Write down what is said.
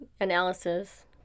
analysis